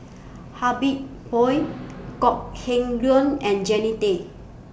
Habib Noh Kok Heng Leun and Jannie Tay